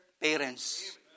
parents